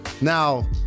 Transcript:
now